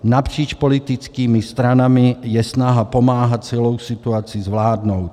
Napříč politickými stranami je snaha pomáhat celou situaci zvládnout.